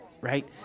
Right